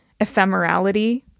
ephemerality